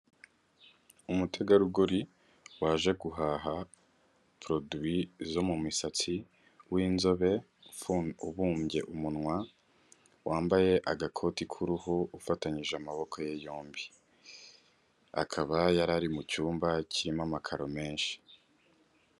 Umutegarugori waje guhaha poroduwi zo mu misatsi w'inzobe ubumbye umunwa, wambaye agakoti k'uruhu, ufatanyije amaboko ye yombi, akaba yari ari mu cyumba kirimo amakaro menshi.